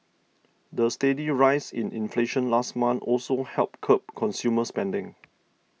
the steady rise in inflation last month also helped curb consumer spending